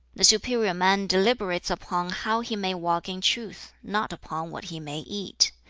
the superior man deliberates upon how he may walk in truth, not upon what he may eat.